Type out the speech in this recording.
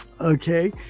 Okay